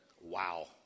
Wow